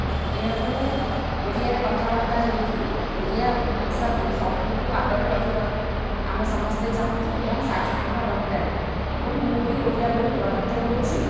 ଏହାକୁ ଓଡ଼ିଆରେ କଥାବାର୍ତ୍ତା ହୋଇକି ଓଡ଼ିଆ ଭାଷାକୁ ସବୁଠୁ ଆଗରେ ରଖିବାକୁ ଆମେ ସମସ୍ତେ ଚାହୁଁଛୁ ଏବଂ ଚାହିଁବା ଦରକାର ଏବଂ ମୁଁ ବି ଓଡ଼ିଆ ବୋଲି ଗର୍ବିତ କରୁଛି